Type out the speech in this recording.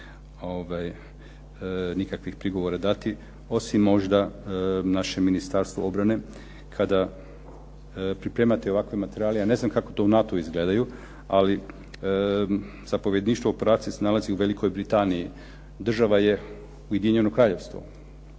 nikakvih prigovora dati, osim možda našem Ministarstvo obrane. Kada pripremate ovakve materijale, ja ne znam kako u NATO-u izgledaju, ali zapovjedništvo operacije se nalazi u Velikoj Britaniji, država je Ujedinjeno Kraljevstvo.